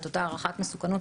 אותה הערכת מסוכנות